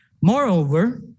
Moreover